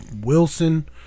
Wilson